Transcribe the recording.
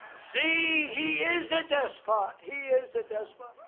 see, he is a despot. he is a despot.